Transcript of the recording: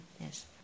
Yes